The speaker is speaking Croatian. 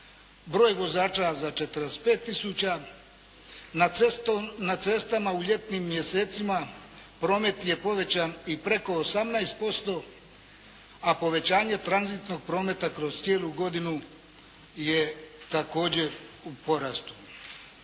broj vozača za 45 tisuća. Na cestama u ljetnim mjesecima promet je povećan i preko 18% a povećanje tranzitnog prometa kroz cijelu godinu je također u porastu.